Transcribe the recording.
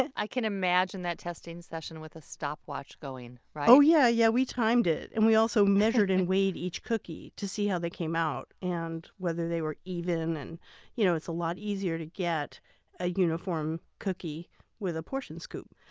i can imagine that testing session with a stopwatch going so yeah yeah we timed it and we also measured and weighed each cookie to see how they came out, and whether they were even. and you know it's a lot easier to get a uniform cookie with a portion scoop.